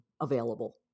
available